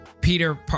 peter